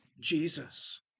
Jesus